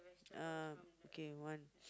uh okay one